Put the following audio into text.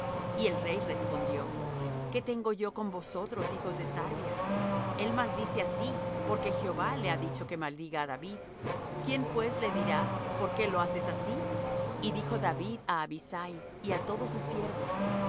y el rey respondió qué tengo yo con vosotros hijos de sarvia el maldice así porque jehová le ha dicho que maldiga á david quién pues le dirá por qué lo haces así y dijo david á abisai y á todos sus siervos he